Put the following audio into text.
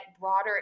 broader